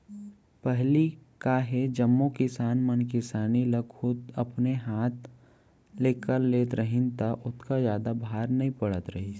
पहिली का हे जम्मो किसान मन किसानी ल खुद अपने हाथ ले कर लेत रहिन त ओतका जादा भार नइ पड़त रहिस